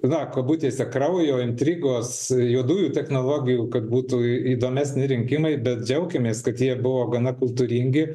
na kabutėse kraujo intrigos juodųjų technologijų kad būtų įdomesni rinkimai bet džiaukimės kad jie buvo gana kultūringi